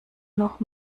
noch